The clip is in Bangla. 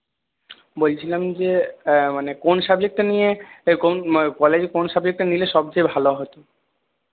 বলছিলাম যে মানে কোন সাবজেক্টটা নিয়ে কলেজে কোন সাবজেক্টটা নিলে সবচেয়ে ভালো হতো